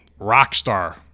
Rockstar